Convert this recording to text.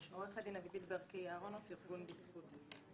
ארגון בזכות.